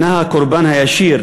היא הקורבן הישיר